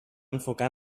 enfocar